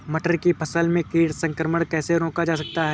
मटर की फसल में कीट संक्रमण कैसे रोका जा सकता है?